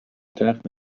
تخت